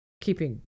keeping